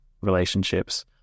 relationships